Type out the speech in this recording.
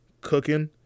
cooking